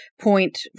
point